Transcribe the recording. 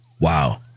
Wow